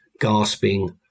gasping